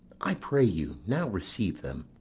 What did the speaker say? i pray you, now receive them.